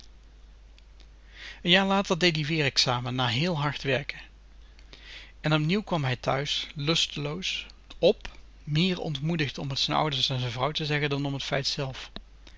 jaar later dee die wéér examen na héél hard werken en opnieuw kwam hij thuis lusteloos p meer ontmoedigd om t z'n ouders en z'n vrouw te zeggen dan om